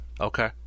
Okay